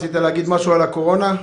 ביקשת לדבר על הקורונה.